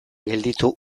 gelditu